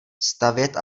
stavět